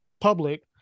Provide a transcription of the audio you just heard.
public